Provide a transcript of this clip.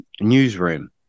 newsroom